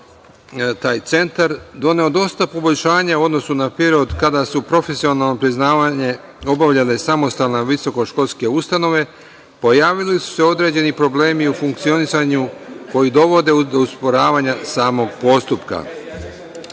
taj centar, doneo dosta poboljšanja u odnosu na period kada su profesionalno priznavanje obavljale samostalne visokoškolske ustanove, pojavili su se određeni problemi u funkcionisanju, koji dovode do usporavanja samog postupka.